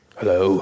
Hello